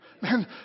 man